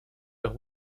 los